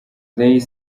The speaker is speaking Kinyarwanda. ray